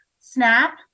SNAP